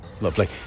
lovely